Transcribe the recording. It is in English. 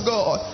God